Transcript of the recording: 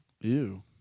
Ew